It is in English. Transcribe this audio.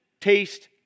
taste